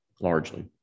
largely